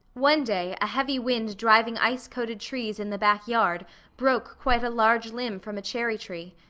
one day a heavy wind driving ice-coated trees in the back yard broke quite a large limb from a cherry tree.